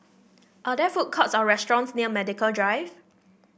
are there food courts or restaurants near Medical Drive